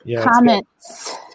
Comments